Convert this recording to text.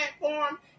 platform